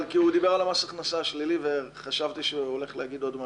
אבל הוא דיבר על מס הכנסה שלילי וחשבתי שהוא הולך להגיד עוד משהו.